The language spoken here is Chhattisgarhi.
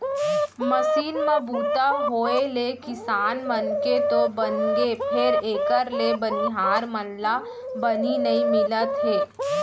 मसीन म बूता होय ले किसान मन के तो बनगे फेर एकर ले बनिहार मन ला बनी नइ मिलत हे